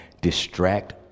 distract